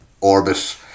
orbit